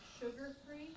sugar-free